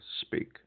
speak